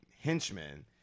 henchmen